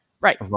Right